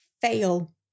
fail